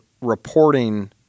reporting